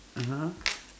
(uh huh)